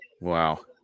Wow